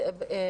אדוני.